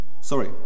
Sorry